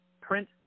print